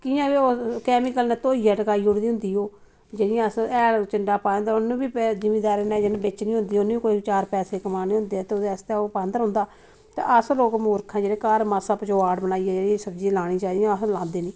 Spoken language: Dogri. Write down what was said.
कियां कि ओह् केमिकल ने धोइयै टकाई उड़ी दी हुंदी ओह् जियां अस हैल जिन्ना पांदे रौहने उन्ने बी जिमीदारे ने जिन्ने बेचनी हुंदी उन्ने बी कोई चार पैसे कमाने हुंदे ते उदे आस्तै ओह् पांदा रौहंदा ते अस्स लोक मूर्ख आं जेह्ड़े घर मासा पचोआड़ बनाइयै जेह्ड़ी सब्जी लानियां चादियां अस लांदे नी